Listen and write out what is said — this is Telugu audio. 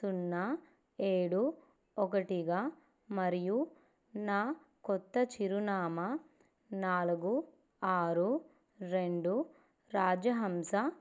సున్నా ఏడు ఒకటిగా మరియు నా కొత్త చిరునామా నాలుగు ఆరు రెండు రాజహంస